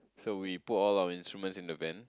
so we put all our instruments in the van